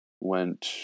went